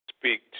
speak